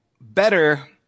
better